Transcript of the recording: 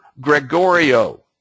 Gregorio